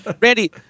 Randy